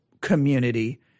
community